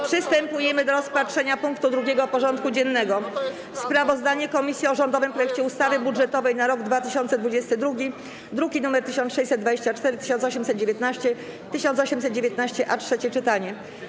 Przystępujemy do rozpatrzenia punktu 2. porządku dziennego: Sprawozdanie Komisji Finansów Publicznych o rządowym projekcie ustawy budżetowej na rok 2022 (druki nr 1624, 1819 i 1819-A) - trzecie czytanie.